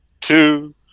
two